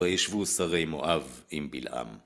וישבו שרי מואב עם בלעם.